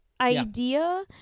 idea